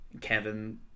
Kevin